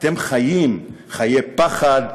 אתם חיים חיי פחד,